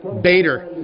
Bader